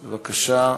בבקשה.